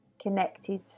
connected